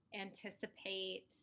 anticipate